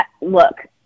look